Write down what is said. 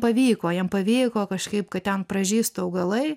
pavyko jam pavyko kažkaip kad ten pražysta augalai